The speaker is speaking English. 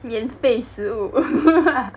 免费食物